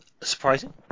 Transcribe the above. surprising